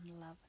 love